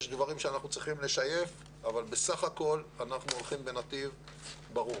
יש דברים שאנחנו צריכים לשייף אבל בסך הכול אנחנו הולכים בנתיב ברור.